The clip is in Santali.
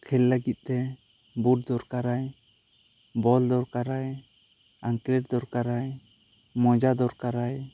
ᱠᱷᱮᱞ ᱞᱟᱹᱜᱤᱫ ᱛᱮ ᱵᱩᱴ ᱫᱚᱨᱠᱟᱨᱟᱭ ᱵᱚᱞ ᱫᱚᱨᱠᱟᱨᱟᱭ ᱮᱱᱠᱮᱞᱮᱴ ᱫᱚᱨᱠᱟᱨᱟᱭ ᱢᱚᱡᱟ ᱫᱚᱨᱠᱟᱨᱟᱭ